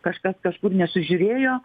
kažkas kažkur nesužiūrėjo